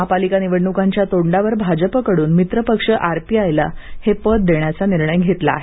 महापालिका निवडणुकांच्या तोंडावर भाजपकडून मित्रपक्ष आरपीआयला हे पद देण्याचा निर्णय घेतला आहे